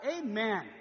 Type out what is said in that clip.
amen